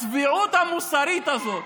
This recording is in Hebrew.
הצביעות המוסרית הזאת,